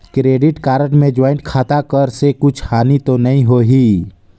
Credit card मे joint खाता कर से कुछ हानि तो नइ होही?